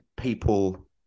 people